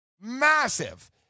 massive